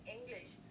English